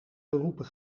beroepen